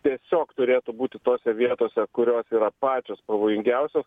tiesiog turėtų būti tose vietose kurios yra pačios pavojingiausios